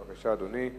בבקשה, אדוני.